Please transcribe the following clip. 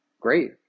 Great